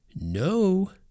No